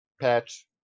patch